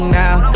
now